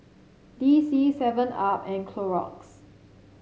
D C Seven Up and Clorox